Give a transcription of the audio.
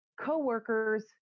coworkers